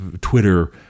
Twitter